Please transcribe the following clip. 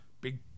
big